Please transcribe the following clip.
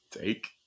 Take